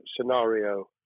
scenario